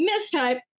mistype